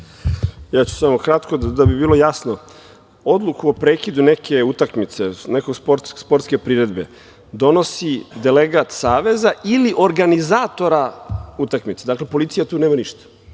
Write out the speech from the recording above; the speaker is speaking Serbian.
Samo ću kratko. Da bi bilo jasno, odluku o prekidu neke utakmice, neke sportske priredbe donosi delegat Saveza ili organizator utakmice. Dakle, policija tu nema ništa.